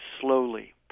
slowly